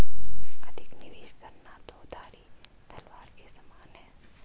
अधिक निवेश करना दो धारी तलवार के समान है